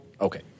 Okay